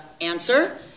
answer